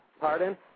Pardon